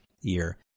year